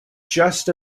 just